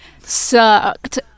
sucked